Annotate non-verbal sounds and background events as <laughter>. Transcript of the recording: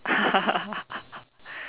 <laughs>